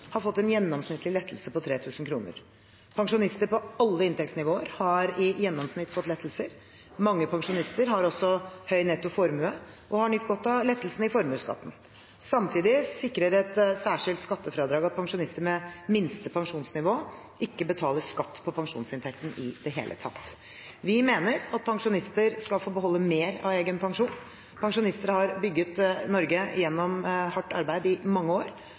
har fått en gjennomsnittlig lettelse på 3 000 kr. Pensjonister på alle inntektsnivåer har i gjennomsnitt fått lettelser. Mange pensjonister har også høy netto formue og har nytt godt av lettelsene i formuesskatten. Samtidig sikrer et særskilt skattefradrag at pensjonister på minste pensjonsnivå ikke betaler skatt på pensjonsinntekten i det hele tatt. Vi mener at pensjonister skal få beholde mer av egen pensjon. Pensjonister har bygd Norge gjennom hardt arbeid i mange år.